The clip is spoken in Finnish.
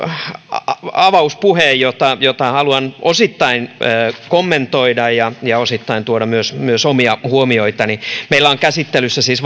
avauspuheen jota haluan osittain kommentoida ja ja osittain tuoda myös omia huomioitani meillä on käsittelyssä siis